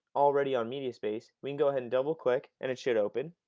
already on mediaspace we can go ahead and double click and it should open.